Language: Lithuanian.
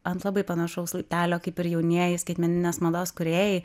ant labai panašaus laiptelio kaip ir jaunieji skaitmeninės mados kūrėjai